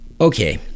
Okay